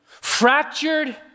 fractured